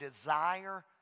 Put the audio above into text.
desire